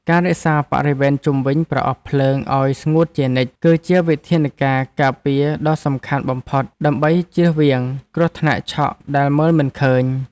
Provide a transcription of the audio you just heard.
ការរក្សាបរិវេណជុំវិញប្រអប់ភ្លើងឱ្យស្ងួតជានិច្ច គឺជាវិធានការការពារដ៏សំខាន់បំផុតដើម្បីជៀសវាងគ្រោះថ្នាក់ឆក់ដែលមើលមិនឃើញ។